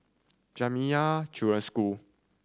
Jamiyah Children Home